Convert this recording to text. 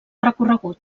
recorregut